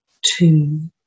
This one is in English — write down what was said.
two